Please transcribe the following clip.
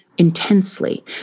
intensely